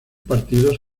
partidos